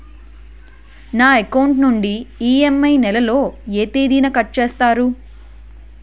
నా అకౌంట్ నుండి ఇ.ఎం.ఐ నెల లో ఏ తేదీన కట్ చేస్తారు?